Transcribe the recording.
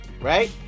right